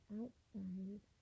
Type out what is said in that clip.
outside